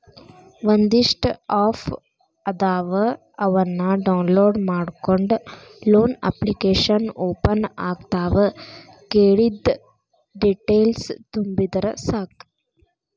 ಒಂದಿಷ್ಟ ಆಪ್ ಅದಾವ ಅವನ್ನ ಡೌನ್ಲೋಡ್ ಮಾಡ್ಕೊಂಡ ಲೋನ ಅಪ್ಲಿಕೇಶನ್ ಓಪನ್ ಆಗತಾವ ಕೇಳಿದ್ದ ಡೇಟೇಲ್ಸ್ ತುಂಬಿದರ ಸಾಕ